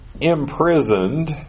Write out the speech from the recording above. imprisoned